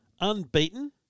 unbeaten